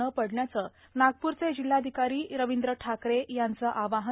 न पडण्याचं नागपूरचे जिल्हाधिकारी रविंद्र ठाकरे यांचं आवाहन